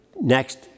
next